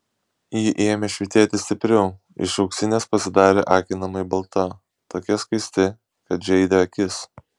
ji ėmė švytėti stipriau iš auksinės pasidarė akinamai balta tokia skaisti kad žeidė akis